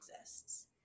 exists